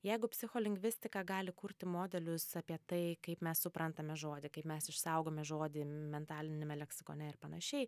jeigu psicholingvistika gali kurti modelius apie tai kaip mes suprantame žodį kaip mes išsaugome žodį mentaliniame leksikone ir panašiai